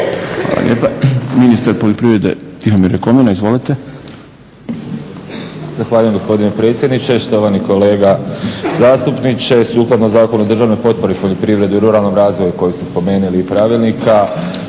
Hvala lijepa. Ministar poljoprivrede Tihomir Jakovina. Izvolite. **Jakovina, Tihomir (SDP)** Zahvaljujem gospodine predsjedniče. Štovani kolega zastupniče. Sukladno Zakonu o državnoj potpori poljoprivredi i ruralnog razvoja koja ste spomenuli i pravilnika